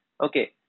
Okay